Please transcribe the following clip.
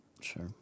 sure